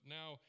now